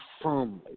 firmly